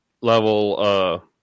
level